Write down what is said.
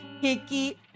hickey